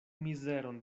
mizeron